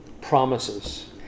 promises